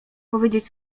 powiedzieć